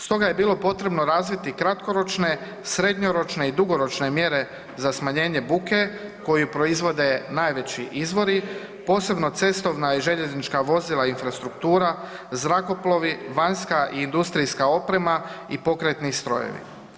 Stoga je bilo potrebno razviti kratkoročne, srednjoročne i dugoročne mjere za smanjenje buke koju proizvode najveći izvori posebno cestovna i željeznička vozila, infrastruktura, zrakoplovi, vanjska i industrijska oprema i pokretni strojevi.